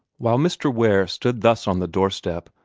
while mr. ware stood thus on the doorstep,